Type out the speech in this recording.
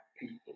people